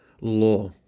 law